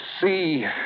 see